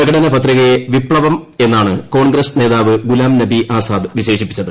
പ്രകടന പത്രികയെ വിപ്തവകരം എന്നാണ് കോൺഗ്രസ് നേതാവ് ഗുലാം നബി ആസാദ് വിശേഷിപ്പിച്ചത്